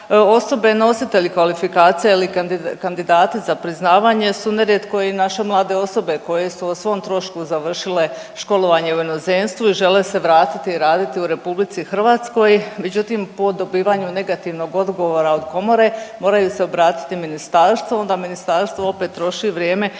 Osobe nositelji kvalifikacija ili kandidati za priznavanje su nerijetko i naše mlade osobe koje su o svom trošku završile školovanje u inozemstvu i žele se vratiti raditi u Republici Hrvatskoj. Međutim, po dobivanju negativnog odgovora od komore moraju se obratiti ministarstvu, onda ministarstvo opet troši vrijeme